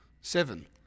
Seven